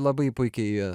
labai puikiai